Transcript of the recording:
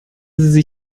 sie